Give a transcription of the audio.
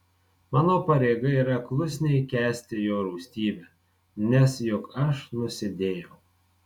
mano pareiga yra klusniai kęsti jo rūstybę nes juk aš nusidėjau